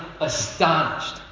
astonished